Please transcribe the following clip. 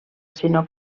sinó